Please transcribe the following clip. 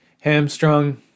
hamstrung